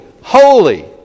holy